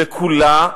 לכולה,